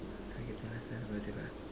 sakit penat sia